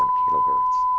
kilohertz.